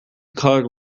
colored